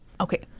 Okay